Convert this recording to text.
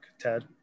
Ted